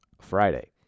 Friday